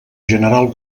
general